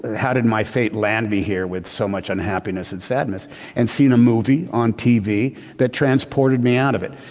how did my fate land me here with so much unhappiness and sadness and seeing a movie on tv that transported me out of it.